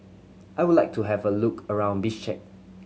I would like to have a look around Bishkek